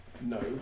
no